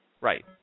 Right